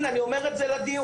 הנה, אני אומר את זה לדיון.